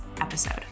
episode